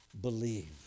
believe